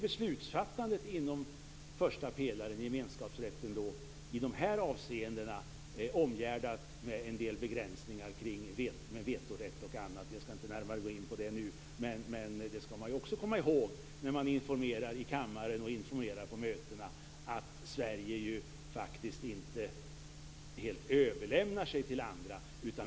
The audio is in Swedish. Beslutsfattandet i den första pelaren, gemenskapsrätten, är i de här avseendena omgärdat med en del begränsningar i form av vetorätt och annat. Jag skall inte nu gå närmare in på det, men man skall när man informerar i kammaren och på andra möten komma ihåg att Sverige inte helt överlämnar sig till andra.